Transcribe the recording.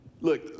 Look